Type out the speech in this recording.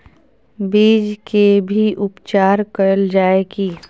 बीज के भी उपचार कैल जाय की?